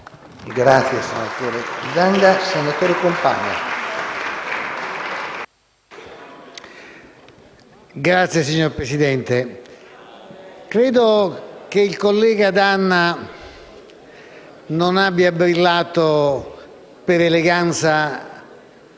*(CoR)*. Signor Presidente, credo che il collega D'Anna non abbia brillato per eleganza